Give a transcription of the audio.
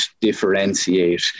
differentiate